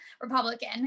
Republican